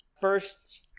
First